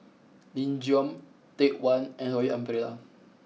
Nin Jiom Take One and Royal Umbrella